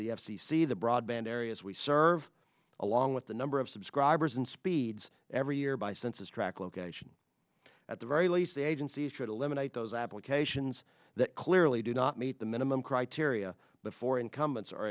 the f c c the broadband areas we serve along with the number of subscribers and speeds every year by census track location at the very least the agency should eliminate those applications that clearly do not meet the minimum criteria but for incumbents are